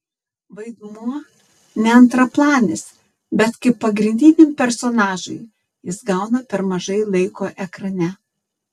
vaidmuo ne antraplanis bet kaip pagrindiniam personažui jis gauna per mažai laiko ekrane